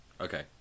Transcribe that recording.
okay